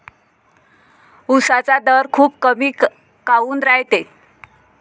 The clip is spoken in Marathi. उसाचा दर खूप कमी काऊन रायते?